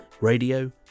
radio